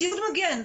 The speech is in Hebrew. ציוד מגן,